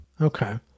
Okay